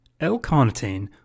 L-carnitine